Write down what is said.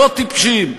לא טיפשים,